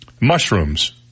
Mushrooms